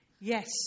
yes